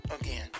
again